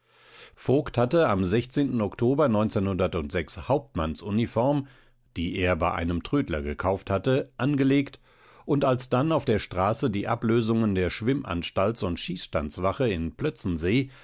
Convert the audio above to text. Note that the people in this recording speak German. voigt hatte am oktober hauptmannsuniform die er bei einem trödler gekauft hatte angelegt und alsdann auf der straße die ablösungen der schwimmanstalts und schießstandswache in plötzensee